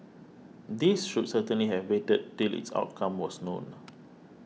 these should certainly have waited till its outcome was known